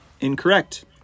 Incorrect